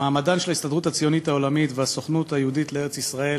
מעמדן של ההסתדרות הציונית העולמית והסוכנות היהודית לארץ-ישראל